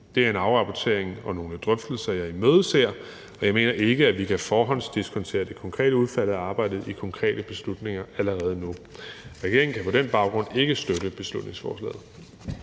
Det er en afrapportering og nogle drøftelser, jeg imødeser, og jeg mener ikke, at vi kan forhåndsdiskontere det konkrete udfald af arbejdet i konkrete beslutninger allerede nu. Regeringen kan på den baggrund ikke støtte beslutningsforslaget.